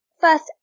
first